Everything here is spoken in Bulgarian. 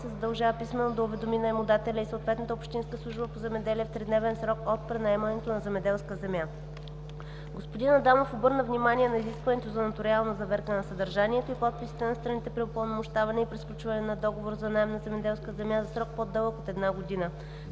се задължава писмено да уведоми наемодателя и съответната общинска служба по земеделие в тридневен срок от пренаемането на земеделската земя. Господин Адамов обърна внимание на изискването за нотариална заверка на съдържанието и подписите на страните при упълномощаване и при сключване на договор за наем на земеделска земя за срок, по-дълъг от една година,